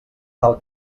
tal